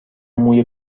موی